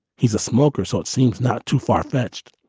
he's a smoker, so it seems not too far fetched.